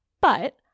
But-